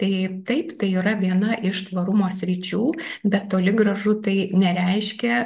tai taip tai yra viena iš tvarumo sričių bet toli gražu tai nereiškia